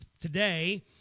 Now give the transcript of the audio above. Today